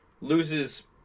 loses